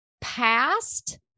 past